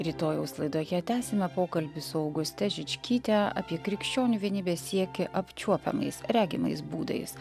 rytojaus laidoje tęsime pokalbį su auguste žičkyte apie krikščionių vienybės siekį apčiuopiamais regimais būdais